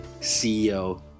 CEO